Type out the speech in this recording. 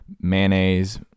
mayonnaise